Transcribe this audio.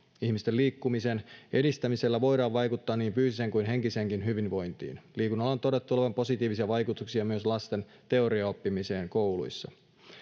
ihmisten liikkumisen edistämisellä voidaan vaikuttaa niin fyysiseen kuin henkiseenkin hyvinvointiin liikunnalla on todettu olevan positiivista vaikutuksia myös lasten teoriaoppimiseen kouluissa